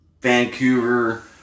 Vancouver